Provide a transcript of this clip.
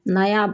नया